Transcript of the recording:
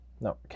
No